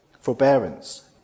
Forbearance